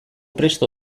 prest